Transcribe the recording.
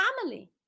family